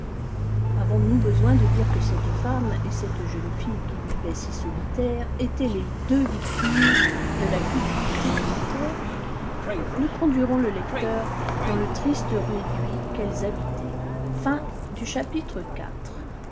avons-nous besoin de dire que cette femme et cette jeune fille qui vivaient si solitaires étaient les deux victimes de la cupidité du notaire nous conduirons le lecteur dans le triste réduit qu'elles habitaient